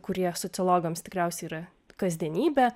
kurie sociologams tikriausiai yra kasdienybė